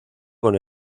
con